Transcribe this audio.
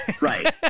Right